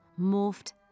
morphed